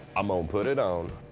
i'm a put it on.